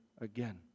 again